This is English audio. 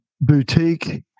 boutique